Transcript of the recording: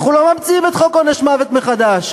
אנחנו לא ממציאים את חוק עונש מוות מחדש.